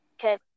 Okay